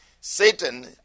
satan